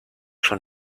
schon